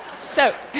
so